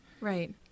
Right